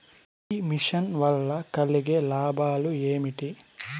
ఈ మిషన్ వల్ల కలిగే లాభాలు ఏమిటి?